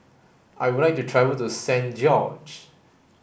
I would like to travel to Saint George